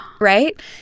Right